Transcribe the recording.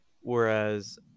whereas